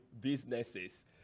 businesses